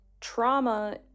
trauma